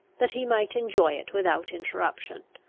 that he might enjoy it without interruption.